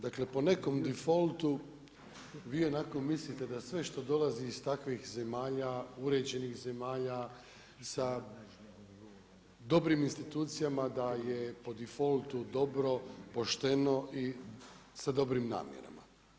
Dakle, po nekom difoltu, vi onako mislite da sve što dolazi iz takvih zemalja, uređenih zemalja, sa dobrim institucijama, da je po defoltu dobro, pošteno i sa dobrim namjerama.